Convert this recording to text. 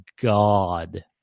God